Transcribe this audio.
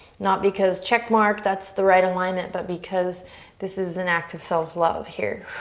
not because, check mark, that's the right alignment but because this is an act of self love here,